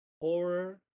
horror